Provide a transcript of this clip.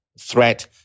threat